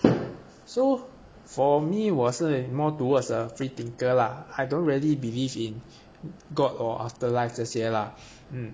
so for me 我是 more towards a freethinker lah I don't really believe in god or afterlife 这些啦 mm